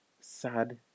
sad